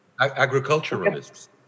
Agriculturalists